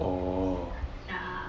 orh